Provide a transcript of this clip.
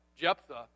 Jephthah